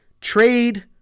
Trade